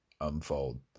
unfold